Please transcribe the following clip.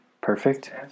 Perfect